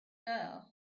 girl